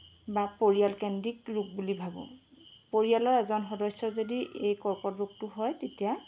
বা পৰিয়াল কেন্দ্ৰিক ৰোগ বুলি ভাবোঁ পৰিয়ালৰ এজন সদস্যৰ যদি এই কৰ্কট ৰোগটো হয় তেতিয়া